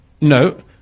No